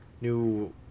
new